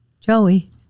Joey